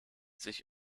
sich